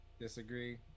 Disagree